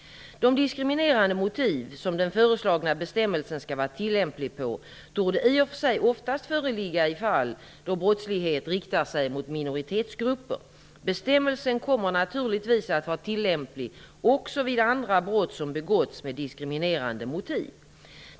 De diskriminerande motiv som den föreslagna bestämmelsen skall var tilllämplig på torde i och för sig oftast föreligga i fall då brottslighet riktar sig mot minoritetsgrupper. Bestämmelsen kommer naturligtvis att vara tillämplig också vid andra brott som begåtts med diskriminerande motiv.